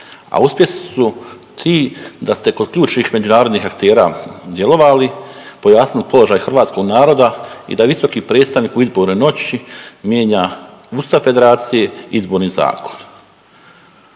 A uspjesi su ti da ste kod ključnih međunarodnih aktera djelovali, pojasnili položaj hrvatskog naroda i da visoki predstavnik u izbornoj noći mijenja ustav Federacije, izborni zakon.